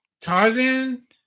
Tarzan